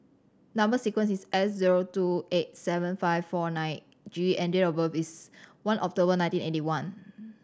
number sequence is S zero two eight seven five four nine G and date of birth is one October nineteen eighty one